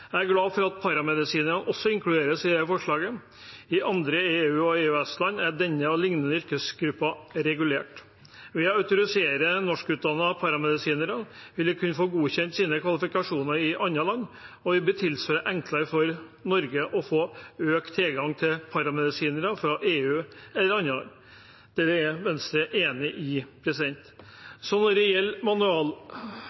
Jeg er glad for at paramedisinerne også inkluderes i dette forslaget. I andre EU- og EØS-land er denne og lignende yrkesgrupper regulert. Ved å autorisere norskutdannede paramedisinere vil de kunne få godkjent sine kvalifikasjoner i andre land, og det vil bli tilsvarende enklere for Norge å få økt tilgang til paramedisinere fra EU eller andre land. Dette er Venstre enig i.